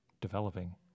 developing